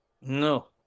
No